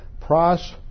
pros